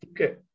Okay